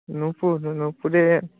নূপুর নূ নূপুরে